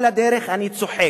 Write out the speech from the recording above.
כל הדרך אני צוחק.